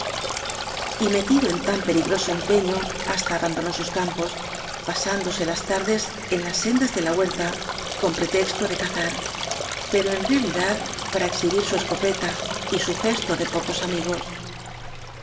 metido en tan peligroso empeño hasta abandonó sus campos pasándose las tardes en las sendas de la huerta con pretexto de caxar pero en realidad para exhibir su escopeta y su gesto de pocos amigos